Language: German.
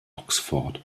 oxford